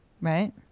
right